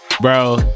Bro